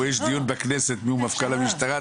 פה יש דיון בכנסת מיהו מפכ"ל המשטרה.